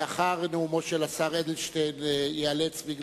לאחר נאומו של השר אדלשטיין ייאלץ ראש הממשלה,